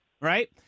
right